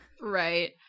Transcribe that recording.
right